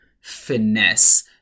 finesse